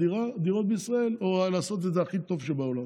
הבנייה או לעשות את זה הכי טוב בעולם.